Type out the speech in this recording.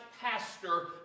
pastor